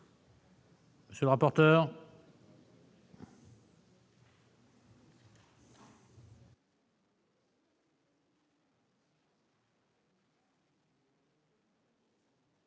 monsieur le rapporteur